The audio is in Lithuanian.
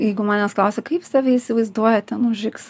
jeigu manęs klausia kaip save įsivaizduojat ten už iks